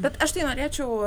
bet aš tai norėčiau